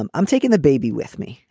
i'm i'm taking the baby with me.